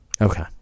Okay